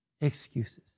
excuses